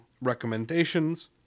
recommendations